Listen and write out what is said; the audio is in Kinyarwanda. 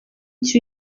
iki